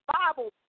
Bible